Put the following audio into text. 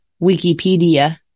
Wikipedia